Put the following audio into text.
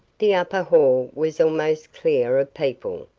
the upper hall was almost clear of people.